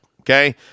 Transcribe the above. okay